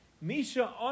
Misha